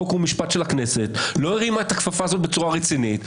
חוק ומשפט של הכנסת לא הרימה את הכפפה הזאת בצורה רצינית.